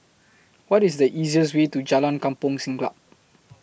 What IS The easiest Way to Jalan Kampong Siglap